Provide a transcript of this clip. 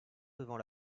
devant